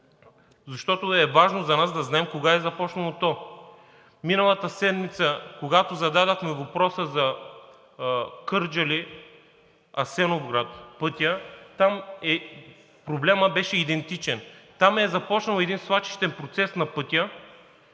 защото е важно за нас да знаем кога е започнало то? Миналата седмица, когато зададохме въпроса за пътя Кърджали – Асеновград, там проблемът беше идентичен. Там е започнал един свлачищен процес на пътя.